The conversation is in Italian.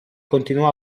continuò